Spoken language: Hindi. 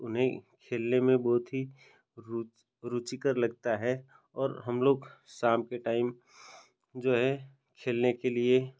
उन्हें खेलने में बहुत ही रुचि रुचिकर लगता है और हम लोग शाम के टाइम जो है खेलने के लिए